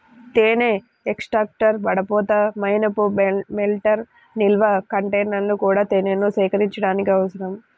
తేనె ఎక్స్ట్రాక్టర్, వడపోత, మైనపు మెల్టర్, నిల్వ కంటైనర్లు కూడా తేనెను సేకరించడానికి అవసరం